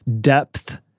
depth